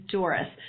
Doris